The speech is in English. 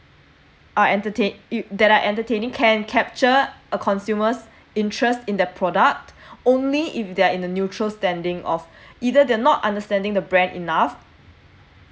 are entertain that are entertaining can capture a consumers' interests in the product only if they're in the neutral standing of either they're not understanding the brand enough